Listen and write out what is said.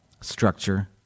structure